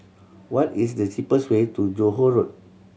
what is the cheapest way to Johore Road